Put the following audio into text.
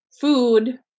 food